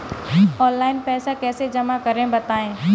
Online पैसा कैसे जमा करें बताएँ?